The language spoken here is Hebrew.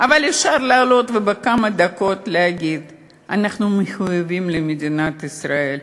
אבל אפשר לעלות ובכמה דקות להגיד: אנחנו מחויבים למדינת ישראל,